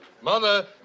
mother